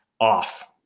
off